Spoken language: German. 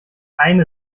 eine